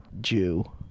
Jew